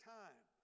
time